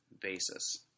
basis